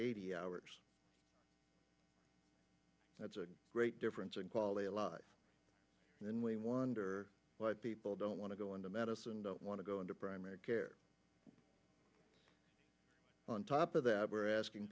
eighty hours that's a great difference in quality and then we wonder why people don't want to go into medicine don't want to go into primary care on top of that we're asking